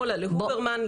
שמאלה להוברמן,